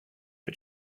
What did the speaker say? but